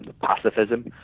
pacifism